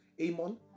Amon